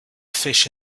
fish